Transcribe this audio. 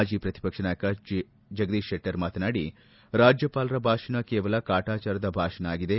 ಮಾಜಿ ಪ್ರತಿಪಕ್ಷ ನಾಯಕ ಜಗದೀಶ್ ಶೆಟ್ಷರ್ ಮಾತನಾಡಿರಾಜ್ಯಪಾಲರ ಭಾಷಣ ಕೇವಲ ಕಾಟಾಜಾರದ ಭಾಷಣ ಆಗಿದೆ